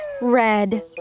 red